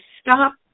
stop